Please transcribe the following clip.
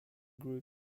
group